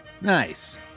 Nice